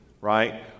right